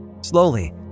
Slowly